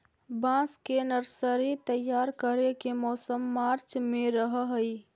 बांस के नर्सरी तैयार करे के मौसम मार्च में रहऽ हई